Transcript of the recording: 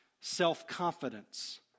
self-confidence